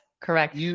Correct